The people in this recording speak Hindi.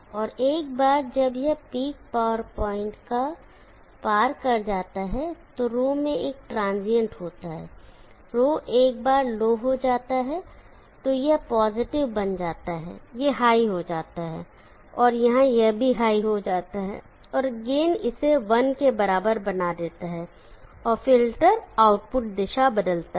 और एक बार जब यह पीक पावर पॉइंट का को पार कर जाता है तो ρ में एक ट्रांजियंट होता है ρ जब एक बार लो हो जाता है तो यह पॉजिटिव बन जाता है यह हाई हो जाता है यहाँ यह भी हाई हो जाता है और गेन इसे 1 के बराबर बना देता है और फ़िल्टर आउटपुट दिशा बदलता है